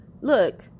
look